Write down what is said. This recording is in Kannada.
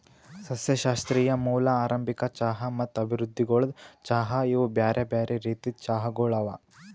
ಸಸ್ಯಶಾಸ್ತ್ರೀಯ ಮೂಲ, ಆರಂಭಿಕ ಚಹಾ ಮತ್ತ ಅಭಿವೃದ್ಧಿಗೊಳ್ದ ಚಹಾ ಇವು ಬ್ಯಾರೆ ಬ್ಯಾರೆ ರೀತಿದ್ ಚಹಾಗೊಳ್ ಅವಾ